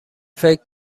فکر